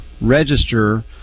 register